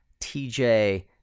TJ